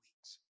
weeks